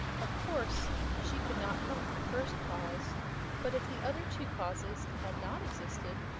of course she could not help the first cause but if the other two causes had not existed,